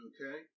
Okay